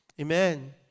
Amen